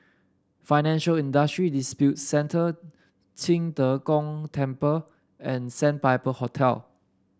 Financial Industry Disputes Center Qing De Gong Temple and Sandpiper Hotel